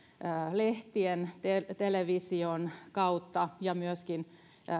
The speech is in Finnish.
lehtien ja television kautta ja myöskin